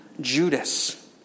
Judas